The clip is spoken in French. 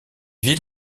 villes